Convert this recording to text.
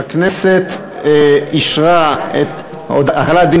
הודעת ועדת הכלכלה על רצונה להחיל דין